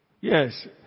Yes